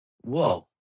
Whoa